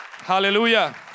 Hallelujah